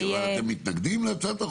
יהיה --- אבל אתם מתנגדים להצעת החוק?